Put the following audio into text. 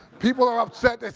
people are upset.